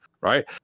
right